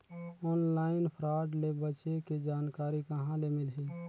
Online fraud ले बचे के जानकारी कहां ले मिलही?